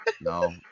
No